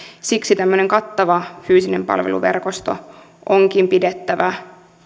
siksi tämmöinen kattava fyysinen palveluverkosto onkin pidettävä